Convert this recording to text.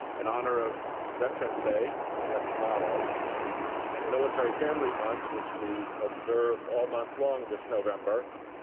in honor of veterans day coming up tomorrow and military family month, which we observe all month long this november,